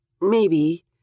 Maybe